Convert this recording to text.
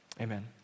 amen